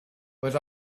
but